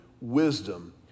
wisdom